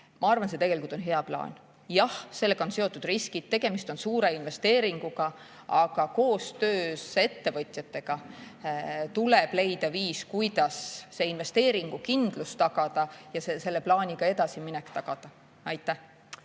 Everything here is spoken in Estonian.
ma arvan, on tegelikult hea plaan. Jah, sellega on seotud riskid, tegemist on suure investeeringuga, aga koostöös ettevõtjatega tuleb leida viis, kuidas tagada investeeringukindlus ja selle plaaniga edasiminek. Aitäh!